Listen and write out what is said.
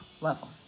level